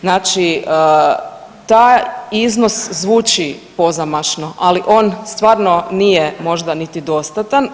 Znači taj iznos zvuči pozamašno, ali on stvarno nije možda niti dostatan.